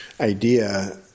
idea